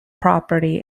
property